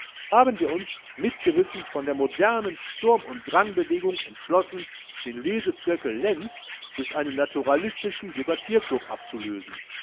haben wir uns mitgerissen von der modernen sturm und drangbewegung entschlossen den lesezirkel lenz durch einen naturalistischen debattierklub abzulösen